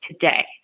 today